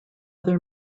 other